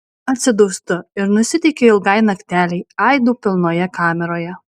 atsidūstu ir nusiteikiu ilgai naktelei aidų pilnoje kameroje